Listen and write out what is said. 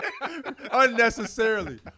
unnecessarily